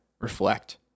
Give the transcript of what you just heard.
Reflect